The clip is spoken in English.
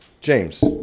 james